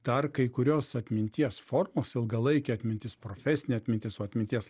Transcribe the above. dar kai kurios atminties formos ilgalaikė atmintis profesinė atmintis o atminties